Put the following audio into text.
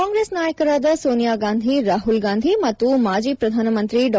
ಕಾಂಗ್ರೆಸ್ ನಾಯಕರಾದ ಸೋನಿಯಾ ಗಾಂಧಿ ರಾಹುಲ್ ಗಾಂಧಿ ಮತ್ತು ಮಾಜಿ ಪ್ರಧಾನಮಂತ್ರಿ ಡಾ